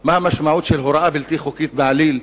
מה המשמעות של הוראה בלתי חוקית בעליל.